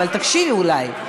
אבל תקשיבי אולי.